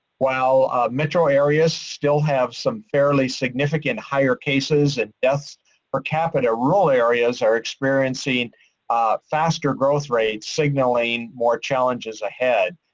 while metro areas still have some fairly significant higher cases and deaths per capita, rural areas are experiencing faster growth rate signaling more challenges ahead.